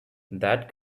that